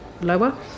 Lower